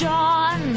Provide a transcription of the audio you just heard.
John